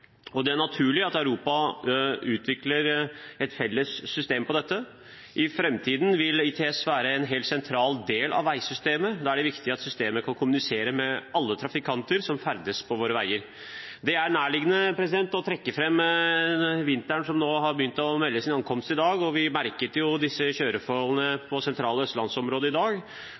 og det er naturlig at Europa utvikler et felles system på dette. I framtiden vil ITS være en helt sentral del av veisystemet. Da er det viktig at systemet kan kommunisere med alle trafikanter som ferdes på våre veier. Det er nærliggende å trekke fram vinteren, som nå har begynt å melde sin ankomst – vi merket jo kjøreforholdene i det sentrale østlandsområdet i dag.